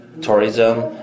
tourism